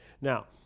Now